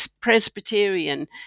Presbyterian